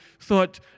thought